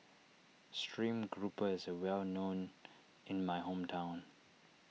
Stream Grouper is a well known in my hometown